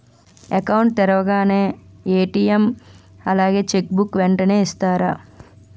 Account తెరవగానే ATM అలాగే cheque book వెంటనే ఇస్తారా?